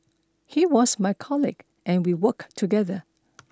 he was my colleague and we worked together